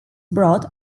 brought